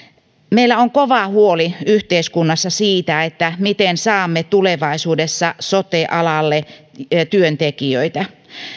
meillä on kova huoli yhteiskunnassa siitä miten saamme tulevaisuudessa sote alalle työntekijöitä